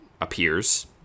appears